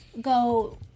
go